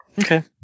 okay